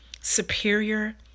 superior